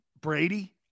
Brady